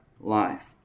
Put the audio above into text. life